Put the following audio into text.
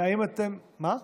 האם אתם, מה?